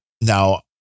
Now